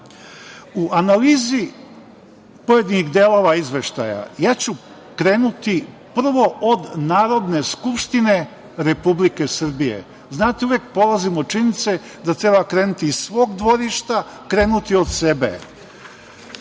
analizi pojedinih delova Izveštaja, ja ću krenuti prvo od Narodne skupštine Republike Srbije. Znate, uvek polazim od činjenice da treba krenuti iz svog dvorišta, krenuti od sebe.